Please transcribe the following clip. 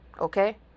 okay